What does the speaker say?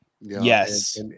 Yes